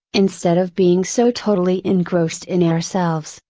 instead of being so totally engrossed in ourselves,